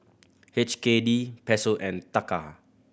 H K D Peso and Taka